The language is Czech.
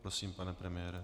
Prosím, pane premiére.